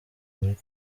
muri